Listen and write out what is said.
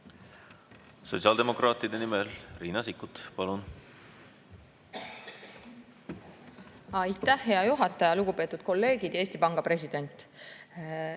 Sotsiaaldemokraatide nimel Riina Sikkut, palun! Aitäh, hea juhataja! Lugupeetud kolleegid ja Eesti Panga president!